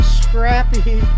scrappy